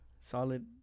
solid